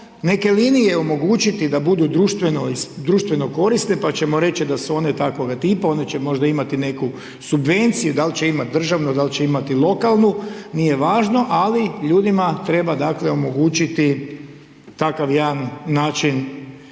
neke linije omogućiti da budu društveno korisne, pa ćemo reći da su one takvoga tipa, oni će možda imati neku subvenciju, dal će imati državnu, dali će imati lokalnu, nije važno, ali ljudima treba omogućiti takav jedan način